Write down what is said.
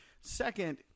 Second